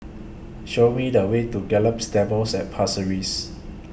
Show Me The Way to Gallop Stables At Pasir Ris